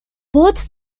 both